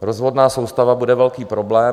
Rozvodná soustava bude velký problém.